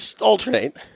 alternate